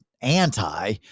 anti